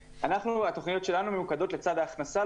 התוכניות שלנו ממוקדות לצד ההכנסה.